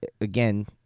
Again